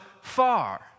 far